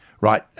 right